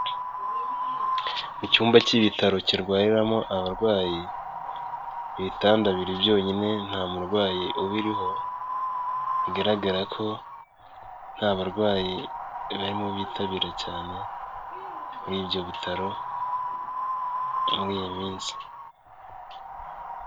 Mu cyumba cy'ibitaro kirwariramo abarwayi ibitanda biri byonyine nta murwayi ubiriho, bigaragara ko nta barwayi barimo bitabira cyane muri ibyo bitaro, muri iyi minsi.